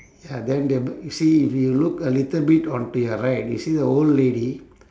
ya then they m~ you see if you look a little bit onto your right you see the old lady